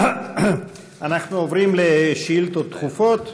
אנחנו עוברים לשאילתות דחופות.